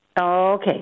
Okay